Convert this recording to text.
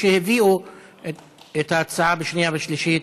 שהביאו לכאן את ההצעה בקריאה שנייה ושלישית.